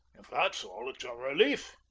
if that's all, it's a relief.